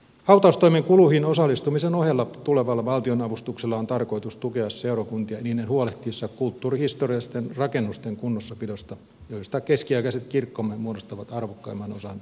hautaustoimen kuluihin osallistumisen ohella tulevalla valtionavustuksella on tarkoitus tukea seurakuntia niiden huolehtiessa kulttuurihisto riallisten rakennusten kunnossapidosta joista keskiaikaiset kirkkomme muodostavat arvokkaimman osan